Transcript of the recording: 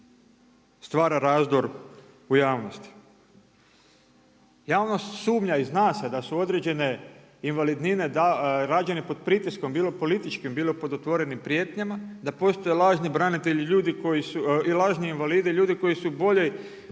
stvara razdor u javnosti. Javnost sumnja i zna se da su određene invalidnine rađene pod pritiskom bilo političkim, bilo pod otvorenim prijetnjama da postoje lažni branitelji i ljudi koji su, i lažni